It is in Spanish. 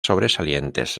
sobresalientes